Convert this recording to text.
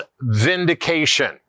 vindication